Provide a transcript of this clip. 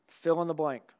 fill-in-the-blank